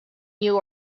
new